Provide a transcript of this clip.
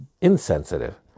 insensitive